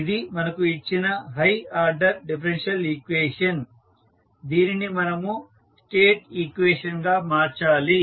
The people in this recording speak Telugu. ఇది మనకు ఇచ్చిన హై ఆర్డర్ డిఫరెన్షియల్ ఈక్వేషన్ దీనిని మనము స్టేట్ ఈక్వేషన్ గా మార్చాలి